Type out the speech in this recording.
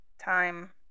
time